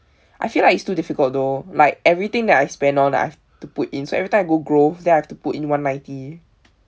I feel like it's too difficult though like everything that I spend on I've to put in so every time I go then I have to put in one ninety